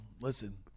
Listen